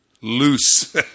loose